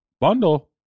bundle